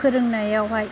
फोरोंनायावहाय